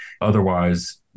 otherwise